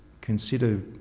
consider